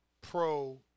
Pro